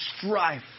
strife